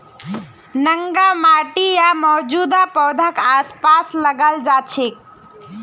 नंगा माटी या मौजूदा पौधाक आसपास लगाल जा छेक